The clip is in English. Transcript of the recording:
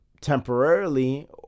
temporarily